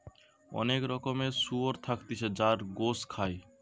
অনেক রকমের শুয়োর থাকতিছে যার গোস খায়